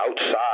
outside